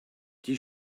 die